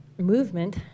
movement